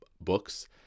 books